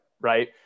Right